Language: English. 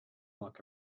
like